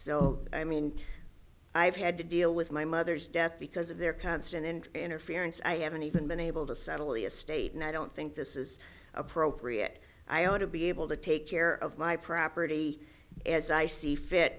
so i mean i've had to deal with my mother's death because of their constant and interference i haven't even been able to settle the estate and i don't think this is appropriate i ought to be able to take care of my property as i see fit